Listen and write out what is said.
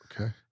Okay